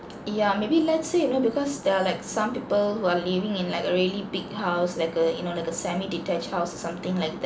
yeah maybe let's say you know because there are like some people who are living in like a really big house like a you know like a semi detached house or something like that